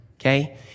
Okay